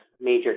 major